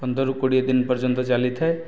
ପନ୍ଦରରୁ କୋଡ଼ିଏ ଦିନ ପର୍ଯ୍ୟନ୍ତ ଚାଲିଥାଏ